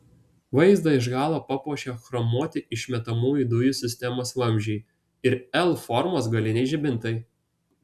vaizdą iš galo papuošia chromuoti išmetamųjų dujų sistemos vamzdžiai ir l formos galiniai žibintai